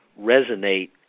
resonate